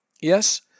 Yes